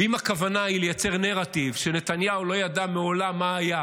ואם הכוונה היא לייצר נרטיב שנתניהו לא ידע מעולם מה היה,